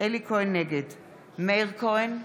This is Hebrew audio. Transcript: נגד מאיר כהן,